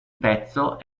pezzo